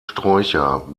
sträucher